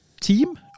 team